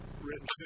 Written